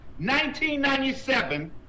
1997